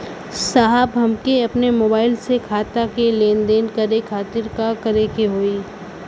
साहब हमके अपने मोबाइल से खाता के लेनदेन करे खातिर का करे के होई?